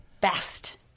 Best